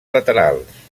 laterals